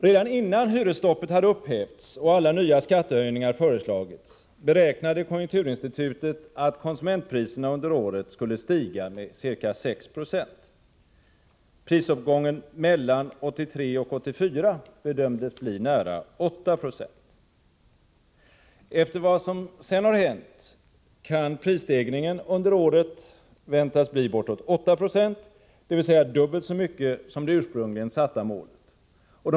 Redan innan hyresstoppet hade upphävts och alla nya skattehöjningar föreslagits beräknade konjunkturinstitutet att konsumentpriserna under året skulle stiga med ca 6 26. Prisuppgången mellan 1983 och 1984 bedömdes bli nära 8 70. Efter vad som sedan har hänt kan prisstegringen under året väntas bli bortåt 8 26, dvs. dubbelt så mycket som det ursprungligen satta målet.